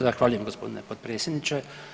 Zahvaljujem gospodine potpredsjedniče.